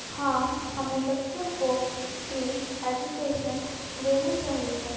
ہاں ہمیں بچوں کو فری ایجوکیشن دینی چاہیے